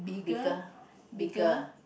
bigger bigger